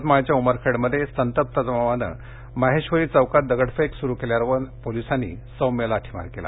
यवतमाळच्या उमरखेडमध्ये संतप्त जमावानं माहेश्वरी चौकात दगडफेक सुरु केल्यानंतर पोलिसांनी सौम्य लाठीमार केला